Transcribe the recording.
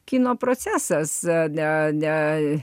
kino procesas ne